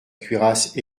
cuirasse